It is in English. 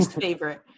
favorite